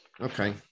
Okay